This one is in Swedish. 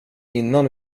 innan